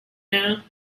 now